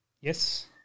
Yes